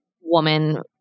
woman